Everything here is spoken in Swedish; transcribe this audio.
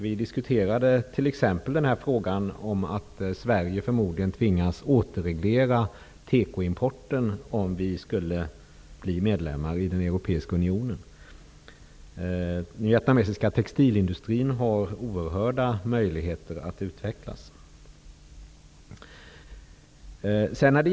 Vi diskuterade t.ex. frågan om att Sverige förmodligen tvingas återreglera tekoimporten, om vi skall bli medlemmar i den europeiska unionen. Den vietnamesiska textilindustrin har oerhörda möjligheter att utvecklas.